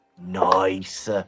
Nice